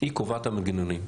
היא קובעת את המנגנונים.